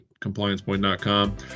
compliancepoint.com